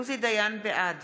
בעד